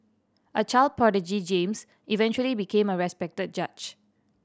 a child prodigy James eventually became a respected judge